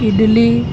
idli